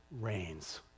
reigns